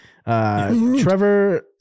Trevor